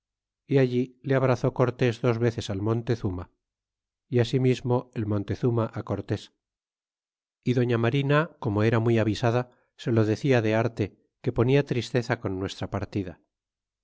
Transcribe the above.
é alli le abrazó cortés dos veces al montezuma é asimismo el montezuma cortés é doña marina como era muy avisada se lo decia de arte que ponia tristeza con nuestra partida